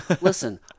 listen